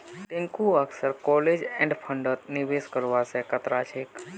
टिंकू अक्सर close end फंडत निवेश करवा स कतरा छेक